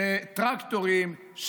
טרקטורים,